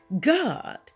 God